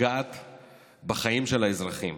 פוגע בחיים של האזרחים.